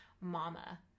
Mama